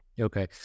okay